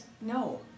no